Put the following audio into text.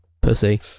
Pussy